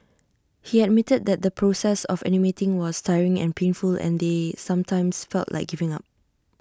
he admitted that the process of animating was tiring and painful and they sometimes felt like giving up